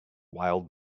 wild